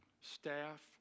staff